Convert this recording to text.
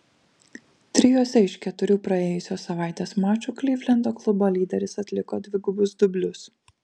trijuose iš keturių praėjusios savaitės mačų klivlendo klubo lyderis atliko dvigubus dublius